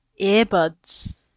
Earbuds